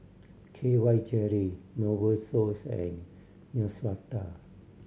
K Y Jelly Novosource and Neostrata